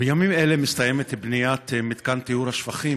בימים אלה מסתיימת בניית מתקן טיהור השפכים